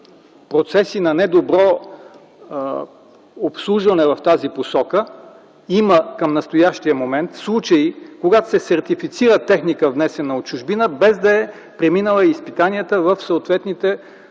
процеси на недобро обслужване в тази посока към настоящия момент има случаи, когато се сертифицира техника, внесена от чужбина, без да е преминала изпитанията в съответните